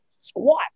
squat